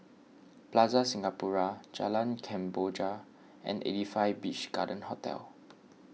Plaza Singapura Jalan Kemboja and eighty five Beach Garden Hotel